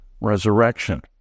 resurrection